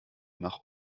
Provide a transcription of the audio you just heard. nach